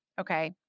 okay